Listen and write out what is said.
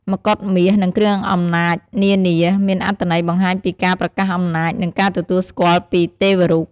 មកុដមាស និងគ្រឿងអំណាចនានា មានអត្ថន័យបង្ហាញពីការប្រកាសអំណាច និងការទទួលស្គាល់ពីទេវរូប។